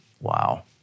Wow